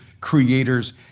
creators